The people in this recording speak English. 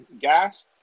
gas